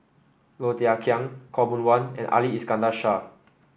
Low Thia Khiang Khaw Boon Wan and Ali Iskandar Shah